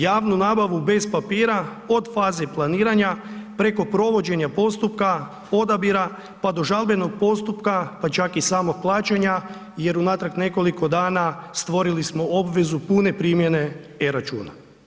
Javnu nabavu bez papira od faze planiranja preko provođenja postupka, odabira pa do žalbenog postupka pa čak i samog plaćanja jer unatrag nekoliko dana stvorili smo obvezu punu primjene e-računa.